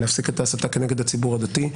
להפסיק את ההסתה כנגד הציבור הדתי,